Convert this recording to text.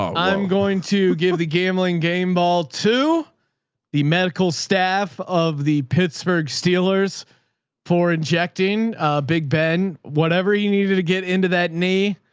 um i'm going to give the gambling game ball to the medical staff of the pittsburgh steelers for injecting a big ben, whatever you needed to get into that knee.